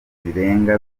zirenga